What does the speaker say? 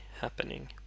happening